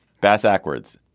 Bass-ackwards